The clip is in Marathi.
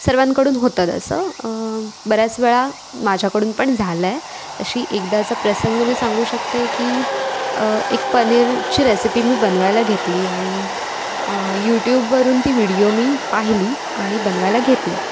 सर्वांकडून होतं तसं बऱ्याचवेळा माझ्याकडून पण झालं आहे तशी एकदाचा प्रसंग मी सांगू शकते आहे की एक पनीरची रेसिपी मी बनवायला घेतली आणि यूट्यूबवरून ती व्हिडीओ मी पाहिली आणि बनवायला घेतली